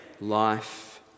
life